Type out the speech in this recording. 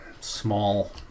small